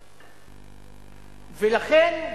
לכן,